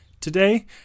today